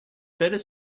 better